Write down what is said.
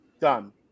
done